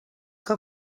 que